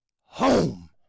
home